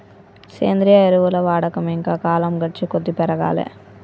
సేంద్రియ ఎరువుల వాడకం ఇంకా కాలం గడిచేకొద్దీ పెరగాలే